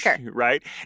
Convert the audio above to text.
right